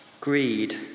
greed